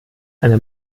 einer